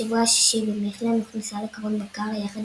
בשבוע השישי במכלן הוכנסה לקרון בקר יחד